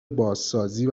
بازسازی